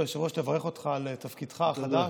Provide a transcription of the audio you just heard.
כבוד היושב-ראש, ומברך אותך על תפקידך החדש.